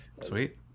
Sweet